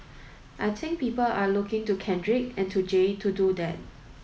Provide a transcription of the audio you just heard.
I think people are looking to Kendrick and to Jay to do that